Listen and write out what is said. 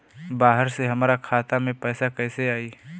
बाहर से हमरा खाता में पैसा कैसे आई?